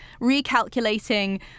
recalculating